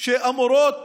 שאמורות